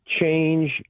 change